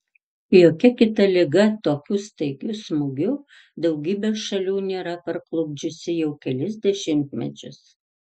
jokia kita liga tokiu staigiu smūgiu daugybės šalių nėra parklupdžiusi jau kelis dešimtmečius